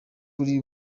buri